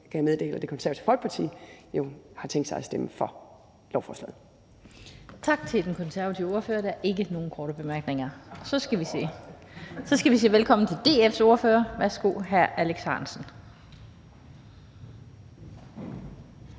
kan jeg meddele, at Det Konservative Folkeparti jo har tænkt sig at stemme for lovforslaget. Kl. 17:27 Den fg. formand (Annette Lind): Tak til den konservative ordfører. Der er ikke nogen korte bemærkninger, og så skal vi sige velkommen til DF's ordfører. Værsgo, hr. Alex Ahrendtsen.